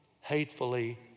hatefully